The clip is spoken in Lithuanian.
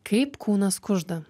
kaip kūnas kužda